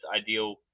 ideal